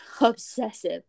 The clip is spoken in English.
obsessive